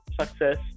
success